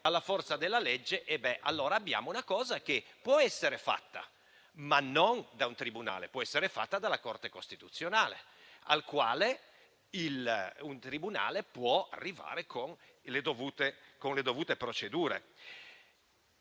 alla forza della legge, allora abbiamo una cosa che può essere fatta, ma non da un tribunale, bensì dalla Corte costituzionale, alla quale un tribunale può arrivare, con le dovute procedure.